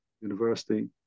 university